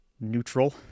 neutral